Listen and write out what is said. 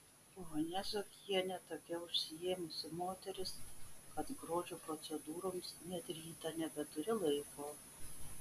ponia zuokienė tokia užsiėmusi moteris kad grožio procedūroms net rytą nebeturi laiko